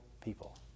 people